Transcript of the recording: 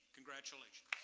congratulations.